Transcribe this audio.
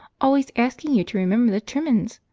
always asking you to remember the trimmin's,